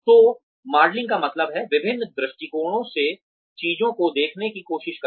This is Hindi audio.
तो मॉडलिंग का मतलब है विभिन्न दृष्टिकोणों से चीजों को देखने की कोशिश करना